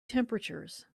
temperatures